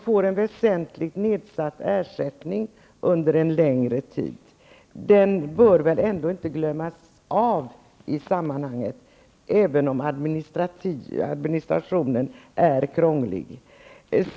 Han får en väsentligt nedsatt ersättning under längre tid och bör väl inte glömmas bort i sammanhanget, även om administrationen är krånglig.